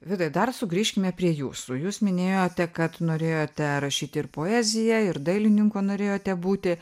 vidai dar sugrįžkime prie jūsų jūs minėjote kad norėjote rašyti ir poeziją ir dailininkų norėjote būti